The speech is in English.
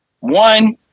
One